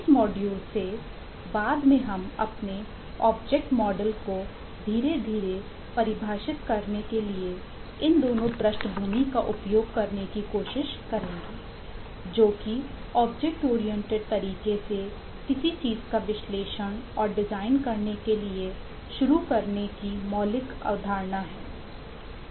इस मॉड्यूल से बाद में हम अपने ऑब्जेक्ट मॉडल को धीरे धीरे परिभाषित करने के लिए इन दोनों पृष्ठभूमि का उपयोग करने की कोशिश करेंगे जो कि ऑब्जेक्ट ओरिएंटेड तरीके से किसी चीज़ का विश्लेषण और डिजाइन करने के लिए शुरू करने की मौलिक अवधारणा है